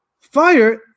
Fire